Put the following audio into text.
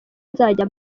nzajya